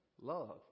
Love